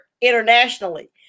internationally